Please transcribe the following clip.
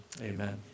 Amen